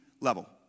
level